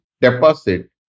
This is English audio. deposit